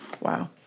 Wow